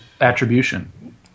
attribution